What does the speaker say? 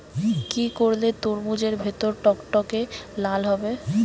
কি করলে তরমুজ এর ভেতর টকটকে লাল হবে?